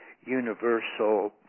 universal